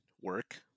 work